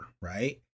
Right